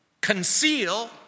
conceal